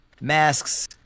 masks